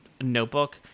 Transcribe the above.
notebook